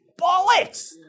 Bollocks